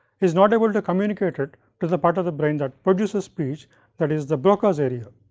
is not able to communicate it to the part of the brain that produces speech that is the broca's area,